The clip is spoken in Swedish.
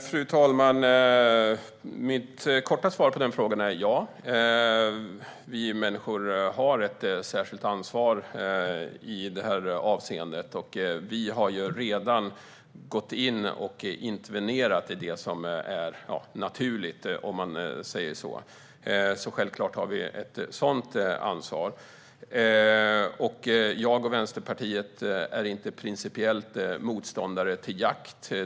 Fru talman! Mitt korta svar på frågan är: Ja, vi människor har ett särskilt ansvar i det här avseendet. Vi har redan gått in och intervenerat i det som är "naturligt", så självklart har vi ett sådant ansvar. Jag och Vänsterpartiet är inte principiellt motståndare till jakt.